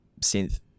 synth